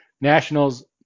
Nationals